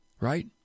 right